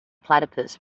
platypus